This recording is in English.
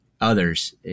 Others